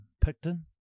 Picton